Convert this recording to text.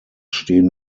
stehen